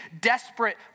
desperate